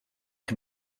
can